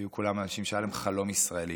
היו כולם אנשים שהיה להם חלום ישראלי,